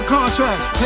Contracts